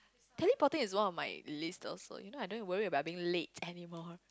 teleporting is one of my list also you know I don't need to worry about being late anymore